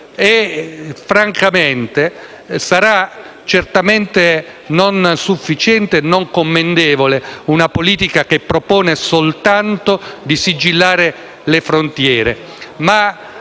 Francamente, sarà certamente non sufficiente, non commendevole una politica che propone soltanto di sigillare le frontiere,